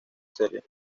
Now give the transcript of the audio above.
serie